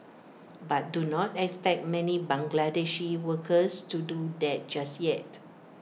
but do not expect many Bangladeshi workers to do that just yet